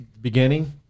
beginning